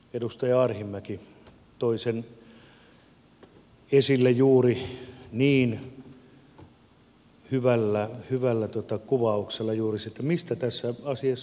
edustaja arhinmäki toi sen esille juuri niin hyvällä kuvauksella juuri sen mistä tässä asiassa on kysymys